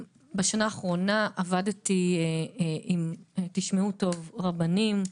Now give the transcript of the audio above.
בשנה האחרונה עבדתי עם תשמעו טוב, רבנים,